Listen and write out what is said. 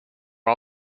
all